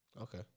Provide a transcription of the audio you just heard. Okay